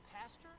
pastor